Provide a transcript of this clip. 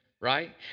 Right